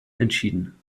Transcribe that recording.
entschieden